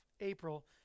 April